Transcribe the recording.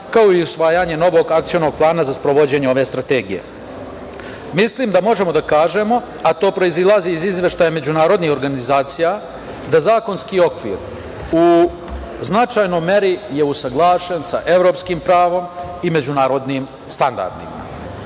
kao i usvajanje novog akcionog plana za sprovođenje ove strategije. Mislim da možemo da kažemo, a to proizilazi iz izveštaja međunarodnih organizacija, da zakonski okvir u značajnoj meri je usaglašen sa evropskim pravom i međunarodnim standardima. Ono